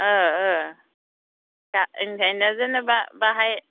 ओ ओ दा ओंखायनो जेनोबा बाहाय